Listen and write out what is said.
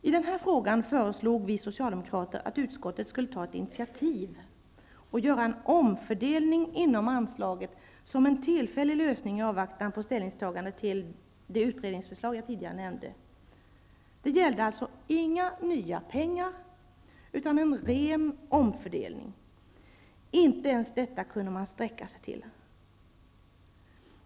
I denna fråga förslog vi socialdemokrater att utskottet skulle ta ett initiativ och göra en omfördelning inom anslaget som en tillfällig lösning i avvaktan på ställningstagande till det utredningsförslag som jag tidigare nämnde. Det gällde alltså inga nya pengar utan en ren omfördelning. Inte ens detta kunde man sträcka sig till.